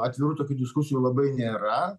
atvirų tokių diskusijų labai nėra